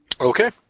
Okay